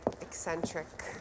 eccentric